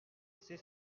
assez